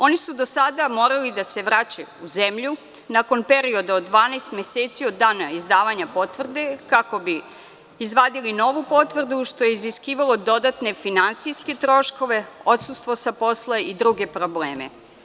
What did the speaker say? Oni su do sada morali da se vraćaju u zemlju nakon perioda od 12 meseci, od dana izdavanja potvrde, kako bi izvadili novu potvrdu, što je iziskivalo dodatne finansijske troškove, odsustvo sa posla i druge probleme.